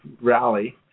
rally